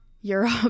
Europe